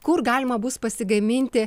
kur galima bus pasigaminti